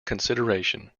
consideration